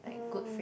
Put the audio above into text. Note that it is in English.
oh